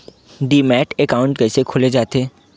Demat account कइसे खोले जाथे?